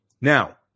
now